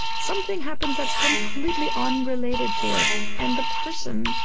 something happens that's completely unrelated to it. and the person,